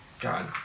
God